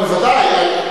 לא, בוודאי.